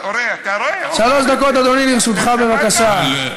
שלוש דקות, אדוני, לרשותך, בבקשה.